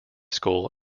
school